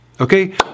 okay